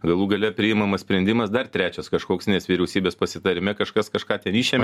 galų gale priimamas sprendimas dar trečias kažkoks nes vyriausybės pasitarime kažkas kažką ten išėmė